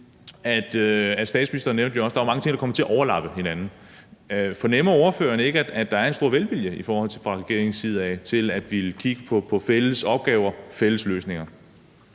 statsministeren nævnte, at der er mange ting, der kommer til at overlappe hinanden. Fornemmer ordføreren ikke, at der er en stor velvilje fra regeringens side i forhold til at ville kigge på fælles opgaver og fælles løsninger?